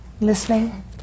listening